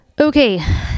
Okay